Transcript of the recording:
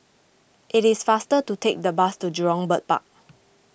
it is faster to take the bus to Jurong Bird Park